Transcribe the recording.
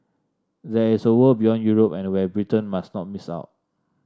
there is a world beyond Europe and where Britain must not miss out